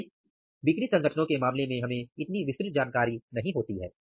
लेकिन बिक्री संगठनों के मामले में इतनी विस्तृत जानकारी नहीं होती है